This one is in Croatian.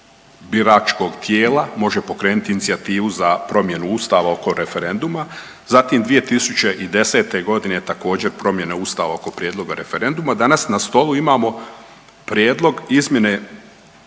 biračkog tijela može pokrenuti inicijativu za promjenu Ustava oko referenduma, zatim 2010. godine također promjene Ustava oko prijedloga referenduma. Danas na stolu imamo Prijedlog izmjene